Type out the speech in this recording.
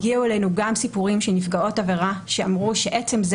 הגיעו אלינו גם סיפורים של נפגעות עבירה שעצם זה